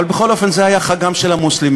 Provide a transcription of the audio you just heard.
אבל בכל אופן זה היה חגם של המוסלמים.